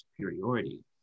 superiority